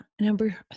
Number